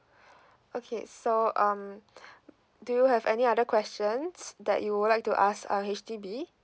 okay so um do you have any other questions that you would like to ask uh H_D_B